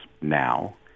now